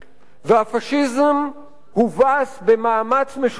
והפאשיזם הובס במאמץ משותף,